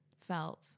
felt